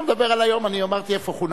אני לא מדבר על היום, אני אמרתי איפה חונכתי.